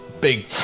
big